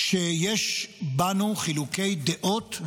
שיש בינינו חילוקי דעות,